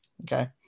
Okay